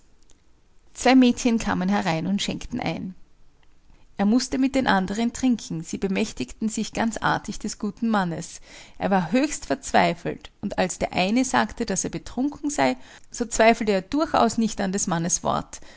zwei mädchen kamen herein und schenkten ein er mußte mit den andern trinken sie bemächtigten sich ganz artig des guten mannes er war höchst verzweifelt und als der eine sagte daß er betrunken sei so zweifelte er durchaus nicht an des mannes wort